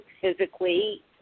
physically